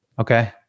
okay